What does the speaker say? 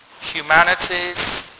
humanities